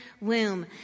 womb